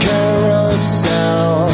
Carousel